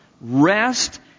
rest